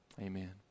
Amen